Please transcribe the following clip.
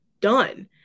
done